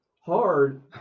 hard